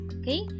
Okay